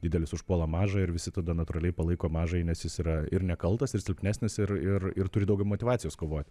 didelis užpuola mažą ir visi tada natūraliai palaiko mažąjį nes jis yra ir nekaltas ir silpnesnis ir ir ir turi daugiau motyvacijos kovot